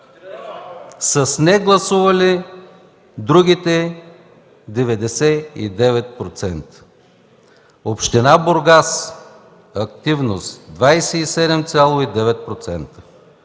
с негласували – другите 99%. Община Бургас: активност 27,9%,